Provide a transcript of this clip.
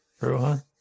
Rohan